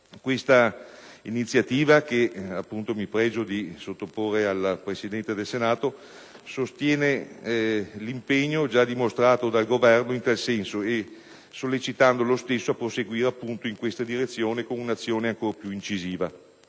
L'iniziativa che sottopongo alla Presidenza del Senato è volta a sostenere l'impegno già dimostrato dal Governo in tal senso, sollecitando lo stesso a proseguire in questa direzione con un'azione ancora più incisiva,